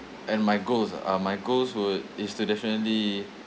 and my goals ah uh my goals would is to definitely